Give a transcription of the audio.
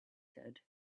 said